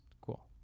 cool